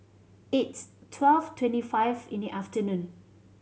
its twelve twenty five in the afternoon